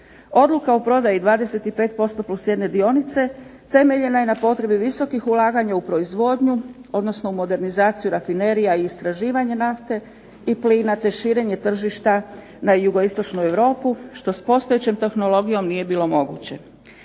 Odluka o prodaji 25% + jedna dionica temeljena je na potrebi visokih ulaganja u proizvodnju odnosno u modernizaciju rafinerija i istraživanja nafte i plina te širenje tržišta na jugoistočnu Europu što s postojećom tehnologijom nije bilo moguće.